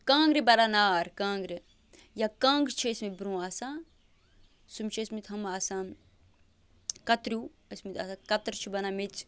کانٛگرِ بَران نار کانٛگرِ یا کَنٛگ چھِ ٲسمٕتۍ برٛونٛہہ آسان تِم چھِ ٲسمٕتۍ ہُم آسان کَتریوٗ ٲسمٕتۍ آسان کَترِ چھِ بَنان میٚژِ